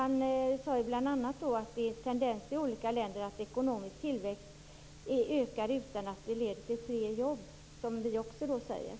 Han sade bl.a. att det finns en tendens i olika länder att ekonomisk tillväxt inte leder till fler jobb, vilket vi också säger.